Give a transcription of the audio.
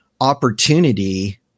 opportunity